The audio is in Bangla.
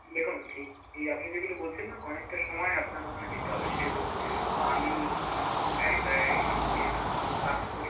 দেখুন এই এই আপনি যেগুলো বলছেন না অনেকটা সময় আপনার ওখানে দিতে হবে সেহেতু আমি অন্য অন্য জায়গায় যেহেতু আরও কাজ করি